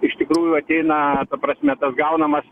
iš tikrųjų ateina ta prasme tas gaunamas